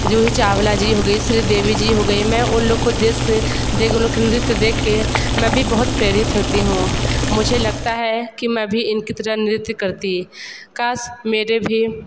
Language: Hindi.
जूही चावला जी हो गईं श्री देवी जी हो गईं मैं उन लोग को दिस देख उन लोग के नृत्य देख के मैं भी बहुत प्रेरित होती हूँ मुझे लगता है कि मैं भी इनकी तरह नृत्य करती काश मेरे भी